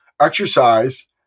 exercise